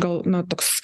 gal na toks